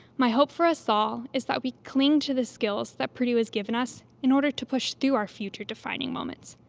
my hope for us all is that we cling to the skills that purdue has given us in order to push through our future defining moments.